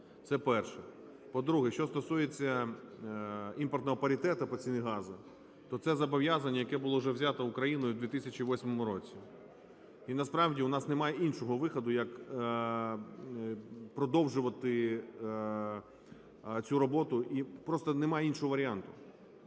Це перше. По-друге. Що стосується імпортного паритету по ціні газу, то це зобов'язання, яке було вже взято Україною в 2008 році. І, насправді, у нас немає іншого виходу, як продовжувати цю роботу, і просто нема іншого варіанту.